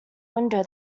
window